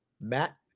Matt